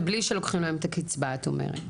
ובלי שלוקחים להם את הקצבה, את אומרת?